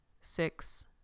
six